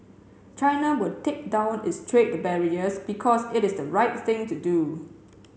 China will take down its trade barriers because it is the right thing to do